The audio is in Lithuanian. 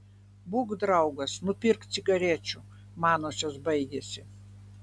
būk draugas nupirk cigarečių manosios baigėsi